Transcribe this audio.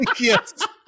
Yes